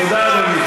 תודה, אדוני.